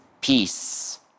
peace